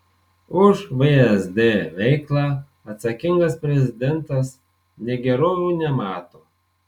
už vsd veiklą atsakingas prezidentas negerovių nemato